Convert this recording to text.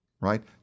right